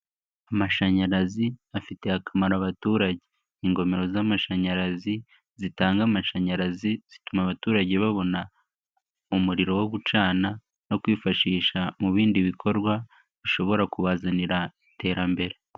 Amashanyarazi afitye akamaro abaturage. Ingomero z'amashanyarazi zitanga amashanyarazi zituma abaturage babona umuriro wo gucana no kwifashisha mu bindi bikorwa, bishobora kubazanira iterambere.